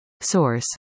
Source